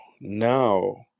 now